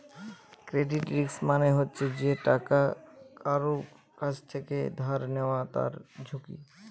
credit risk মানে হচ্ছে যে টাকা কারুর কাছ থেকে ধার নেয় তার ঝুঁকি